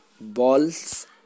balls